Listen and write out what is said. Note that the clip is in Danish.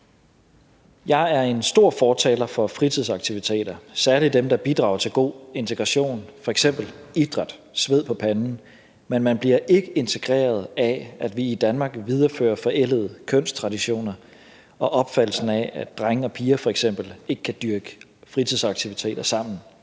Jeg er en stor fortaler for fritidsaktiviteter, særlig dem, der bidrager til god integration, f.eks. idræt, sved på panden, men man bliver ikke integreret af, at vi i Danmark viderefører forældede kønstraditioner og opfattelsen af, at drenge og piger f.eks. ikke kan dyrke fritidsaktiviteter sammen.